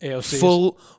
full